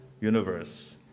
universe